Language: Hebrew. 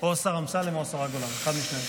או השר אמסלם או השרה גולן, אחד משניהם.